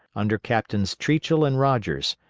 under captains triechel and rogers,